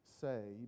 say